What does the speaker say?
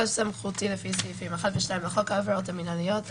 התשפ"א 2021 מתוקף סמכותי לפי סעיפים 1 ו-2 לחוק העבירות המינהליות,